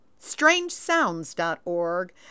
Strangesounds.org